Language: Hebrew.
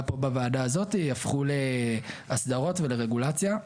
פה בוועדת הזאת הפכו לאסדרות ולרגולציה.